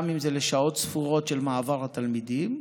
גם אם זה לשעות ספורות של מעבר התלמידים.